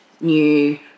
new